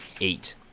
eight